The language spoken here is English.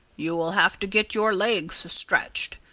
you'll have to get your legs stretched,